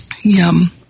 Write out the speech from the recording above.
Yum